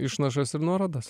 išnašas ir nuorodas